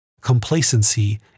Complacency